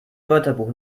wörterbuch